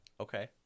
Okay